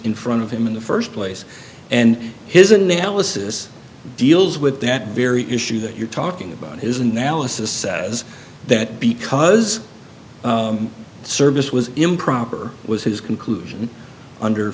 in front of him in the first place and his analysis deals with that very issue that you're talking about his analysis says that because service was improper it was his conclusion under